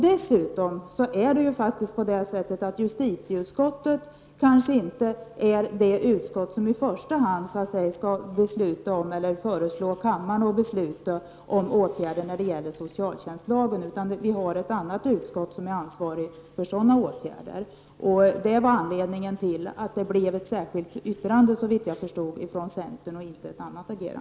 Dessutom är justitieutskottet kanske inte det utskott som i första hand skall föreslå kammaren att fatta beslut om åtgärder när det gäller socialtjänstlagen. Det är ett annat utskott som är ansvarigt för sådana åtgärder. Det var, såvitt jag förstår, därför som centern fogade ett särskilt yttrande till betänkandet och inte agerade på ett annat sätt.